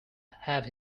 have